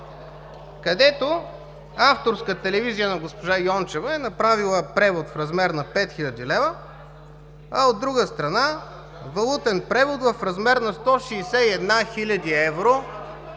където „Авторска телевизия“ на госпожа Йончева е направила превод в размер на 5000 хил. лв., а, от друга страна, валутен превод в размер на 161 хил. евро,